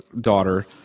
daughter